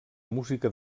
música